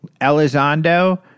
Elizondo